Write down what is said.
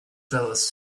fellas